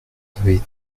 avaient